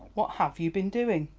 what have you been doing?